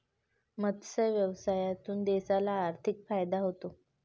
मत्स्य व्यवसायातून देशाला आर्थिक फायदा होतो